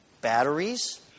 Batteries